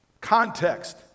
context